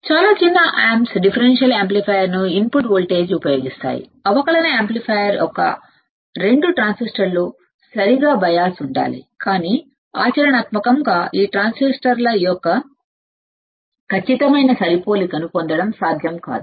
చాలా op amps అవకలన యాంప్లిఫైయర్ను ఇన్పుట్ స్టేజ్ గా ఉపయోగిస్తాయి అవకలన యాంప్లిఫైయర్ యొక్క 2 ట్రాన్సిస్టర్ల సరిగ్గా బయాస్ సరిగ్గా ఉండాలి కానీ ఆచరణాత్మకంగా ఆ ట్రాన్సిస్టర్ల యొక్క ఖచ్చితమైన సరిపోలికను పొందడం సాధ్యం కాదు